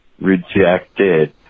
Rejected